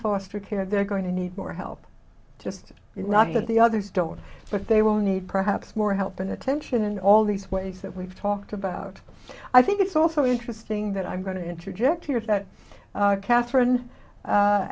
foster care they're going to need more help just not at the others don't but they will need perhaps more help and attention in all these ways that we've talked about i think it's also interesting that i'm going to interject here that catherine